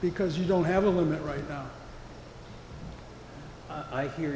because you don't have a limit right now i hear